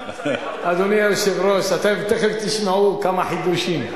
אדוני היושב-ראש, אתם תיכף תשמעו כמה חידושים.